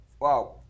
Wow